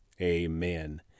amen